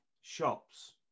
shops